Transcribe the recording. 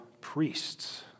priests